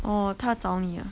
orh 他找你 ah